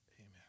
Amen